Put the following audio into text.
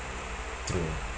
true